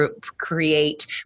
create